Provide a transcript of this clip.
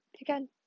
again